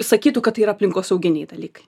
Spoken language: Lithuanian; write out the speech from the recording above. sakytų kad tai yra aplinkosauginiai dalykai